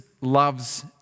loves